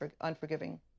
unforgiving